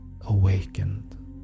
awakened